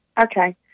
Okay